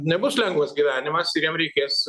nebus lengvas gyvenimas ir jam reikės